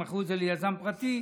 הם מכרו את זה ליזם פרטי,